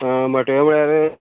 आं मोटे म्हळ्यार